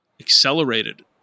accelerated